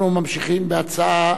אנחנו ממשיכים בהצעת